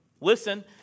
listen